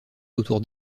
autour